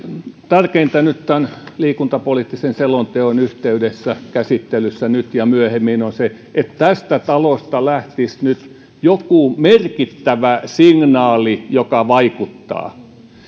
tärkeintä tämän liikuntapoliittisen selonteon yhteydessä käsittelyssä nyt ja myöhemmin on se että tästä talosta lähtisi nyt joku merkittävä signaali joka vaikuttaa